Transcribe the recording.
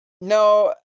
No